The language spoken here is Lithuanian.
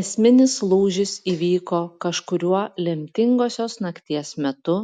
esminis lūžis įvyko kažkuriuo lemtingosios nakties metu